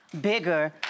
bigger